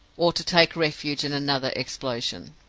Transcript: or to take refuge in another explosion.